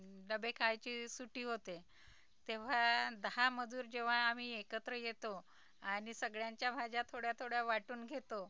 डबे खायची सुटी होते तेव्हा दहा मजुर जेव्हा आम्ही एकत्र येतो आणि सगळ्यांच्या भाज्या थोड्या थोड्या वाटून घेतो